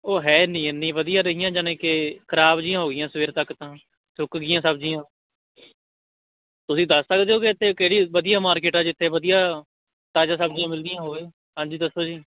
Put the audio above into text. ਉਹ ਹੈ ਨਹੀਂ ਇੰਨੀ ਵਧੀਆ ਰਹੀਆਂ ਜਾਣੀ ਕਿ ਖਰਾਬ ਜੀਆਂ ਹੋ ਗਈਆਂ ਸਵੇਰ ਤੱਕ ਤਾਂ ਸੁੱਕ ਗਈਆਂ ਸਬਜ਼ੀਆਂ ਤੁਸੀਂ ਦੱਸ ਸਕਦੇ ਹੋ ਕਿ ਇੱਥੇ ਕਿਹੜੀ ਵਧੀਆ ਮਾਰਕੀਟ ਆ ਜਿੱਥੇ ਵਧੀਆ ਤਾਜ਼ਾ ਸਬਜ਼ੀ ਮਿਲਦੀ ਹੋਵੇ ਹਾਂਜੀ ਦੱਸੋ ਜੀ